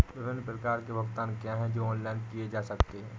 विभिन्न प्रकार के भुगतान क्या हैं जो ऑनलाइन किए जा सकते हैं?